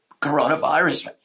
coronavirus